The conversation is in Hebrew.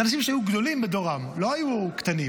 זה אנשים שהיו גדולים בדורם, לא היו קטנים.